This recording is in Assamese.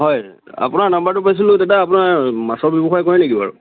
হয় আপোনাৰ নাম্বাৰটো পাইছিলোঁ দাদা আপোনাৰ মাছৰ ব্যৱসায় কৰে নেকি বাৰু